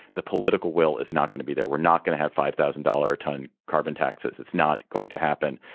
the political will is not going to be there we're not going to have five thousand dollar a tonne carbon taxes. it's not going to happen.